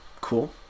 cool